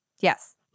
yes